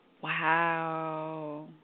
Wow